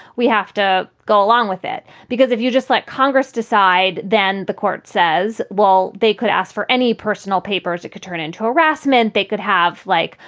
we have to go along with it. because if you just let congress decide, then the court says, well, they could ask for any personal papers. it could turn into harassment. they could have, like,